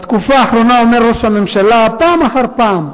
בתקופה האחרונה אומר ראש הממשלה פעם אחר פעם,